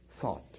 thought